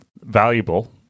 valuable